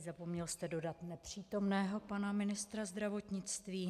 Zapomněl jste dodat nepřítomného pana ministra zdravotnictví.